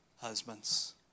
husbands